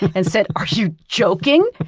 and said, are you joking?